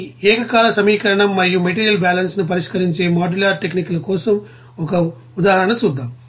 ఈ ఏకకాల సమీకరణం మరియు మెటీరియల్ బ్యాలెన్స్లను పరిష్కరించే మాడ్యులర్ టెక్నిక్ల కోసం ఒక ఉదాహరణ చూద్దాం